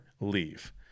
leave